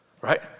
right